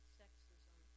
sexism